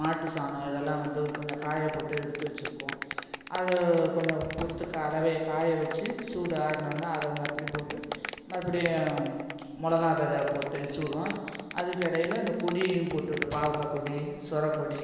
மாட்டுச்சாணம் இதெலாம் வந்து கொஞ்சம் காயப்போட்டு எடுத்து வச்சிருக்கோம் அதை கொஞ்சம் கொடுத்து கலவையை காய வச்சு சூடு ஆருனோன்ன அதை மறுபுடியும் போட்டு மறுபடியும் மிளகா வித போ தெளிச்சுவிடுவோம் அதுக்கு எடையில் அந்தகொடியியும் போட்டு பாவக்காய் கொடி சொரக்கொடி